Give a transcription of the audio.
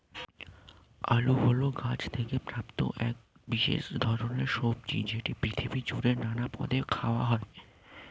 আলু হল গাছ থেকে প্রাপ্ত এক বিশেষ ধরণের সবজি যেটি পৃথিবী জুড়ে নানান পদে খাওয়া হয়